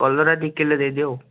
କଲରା ଦୁଇ କିଲେ ଦେଇଦିଅ ଆଉ